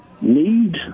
need